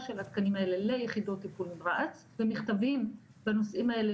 של התקנים האלה ליחידות טיפול נמרץ ומכתבים בנושאים האלה